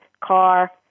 car